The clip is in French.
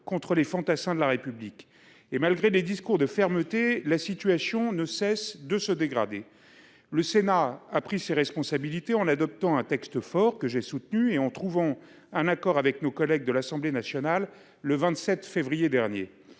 contre les fantassins de la République. Et malgré les discours de fermeté, la situation ne cesse de se dégrader ! Le Sénat a pris ses responsabilités en adoptant un texte fort, que j’ai soutenu, et en trouvant un accord avec nos collègues de l’Assemblée nationale, le 27 février dernier.